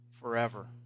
forever